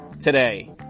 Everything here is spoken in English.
today